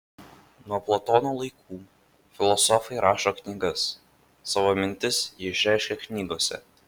nuo platono laikų filosofai rašo knygas savo mintis jie išreiškia knygose